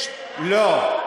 יש, לא.